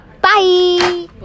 Bye